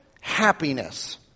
happiness